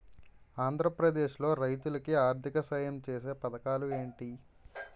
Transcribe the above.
ఆంధ్రప్రదేశ్ లో రైతులు కి ఆర్థిక సాయం ఛేసే పథకాలు ఏంటి?